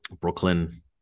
Brooklyn